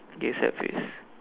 a sad face